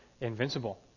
invincible